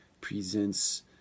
presents